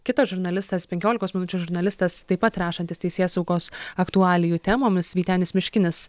kitas žurnalistas penkiolikos minučių žurnalistas taip pat rašantis teisėsaugos aktualijų temomis vytenis miškinis